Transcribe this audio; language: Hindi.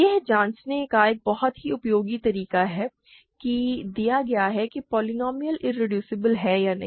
यह जांचने का एक बहुत ही उपयोगी तरीका है कि दिया गया पॉलिनॉमियल इरेड्यूसेबल है या नहीं